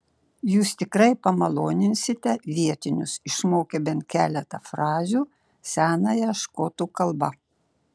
jūs tikrai pamaloninsite vietinius išmokę bent keletą frazių senąją škotų kalba